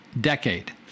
decade